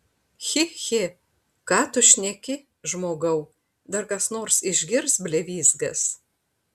chi chi ką tu šneki žmogau dar kas nors išgirs blevyzgas